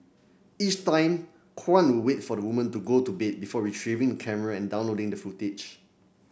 each time Kwan would wait for the woman to go to bed before retrieving the camera and downloading the footage